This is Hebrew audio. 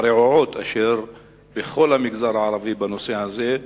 הרעועות בכל המגזר הערבי בנושא הזה.